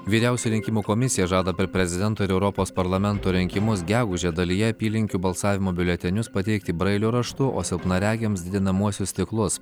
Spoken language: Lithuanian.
vyriausioji rinkimų komisija žada per prezidento ir europos parlamento rinkimus gegužę dalyje apylinkių balsavimo biuletenius pateikti brailio raštu o silpnaregiams didinamuosius stiklus